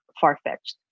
far-fetched